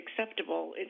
acceptable